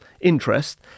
interest